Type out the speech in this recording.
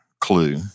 clue